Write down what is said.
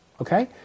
Okay